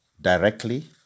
directly